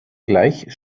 gleich